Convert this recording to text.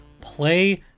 play